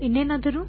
ಇನ್ನೇನಾದರೂ